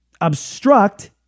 obstruct